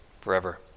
forever